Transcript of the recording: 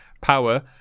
Power